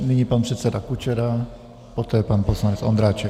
Nyní pan předseda Kučera, poté pan poslanec Ondráček.